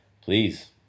please